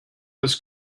this